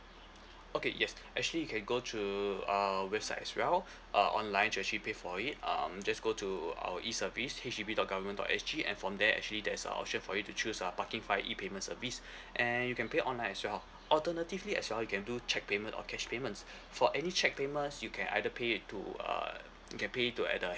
okay yes actually you can go through uh website as well uh online to actually pay for it um just go to our E service H D B dot government dot S G and from there actually there's a option for you to choose uh parking via E payment service and you can pay online as well alternatively as well you can do cheque payment or cash payments for any cheque payments you can either pay it to err you can pay it to at the